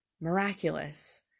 Miraculous